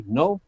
no